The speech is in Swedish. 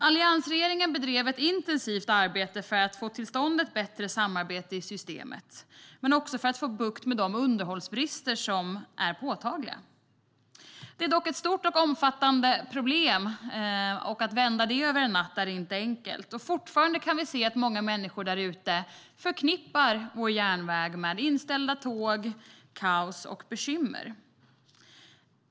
Alliansregeringen bedrev ett intensivt arbete för att få till stånd ett bättre samarbete i systemet men också för att få bukt med de underhållsbrister som var påtagliga. Det är dock ett stort och omfattande problem. Att vända det över en natt är inte enkelt. Fortfarande kan vi se att många människor där ute förknippar vår järnväg med inställda tåg, kaos och bekymmer.